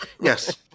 Yes